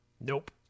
Nope